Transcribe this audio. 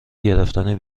گرفتن